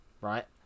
right